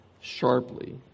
sharply